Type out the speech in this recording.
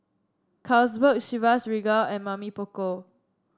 Carlsberg Chivas Regal and Mamy Poko